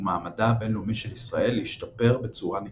ומעמדה הבינלאומי של ישראל השתפר בצורה ניכרת.